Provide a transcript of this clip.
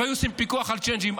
והיו עושים פיקוח על צ'יינג'ים.